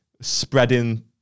spreading